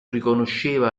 riconosceva